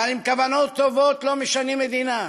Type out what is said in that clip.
אבל עם כוונות טובות לא משנים מדינה,